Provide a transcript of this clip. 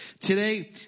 Today